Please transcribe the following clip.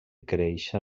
créixer